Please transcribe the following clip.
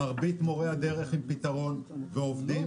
למרבית מורי הדרך יש פתרון והם עובדים.